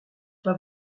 pas